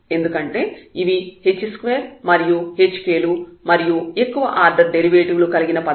ఎందుకంటే ఇవి h2 మరియు hk లు మరియు ఎక్కువ ఆర్డర్ డెరివేటివ్ లు కలిగిన పదాలు